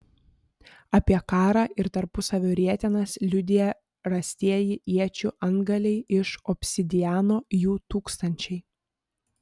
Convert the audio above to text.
apie karą ir tarpusavio rietenas liudija rastieji iečių antgaliai iš obsidiano jų tūkstančiai